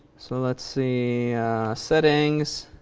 so let's see settings,